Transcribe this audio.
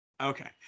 okay